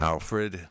Alfred